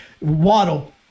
Waddle